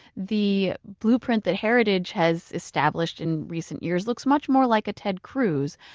the blueprint that heritage has established in recent years looks much more like a ted cruz.